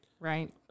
Right